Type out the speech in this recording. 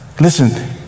Listen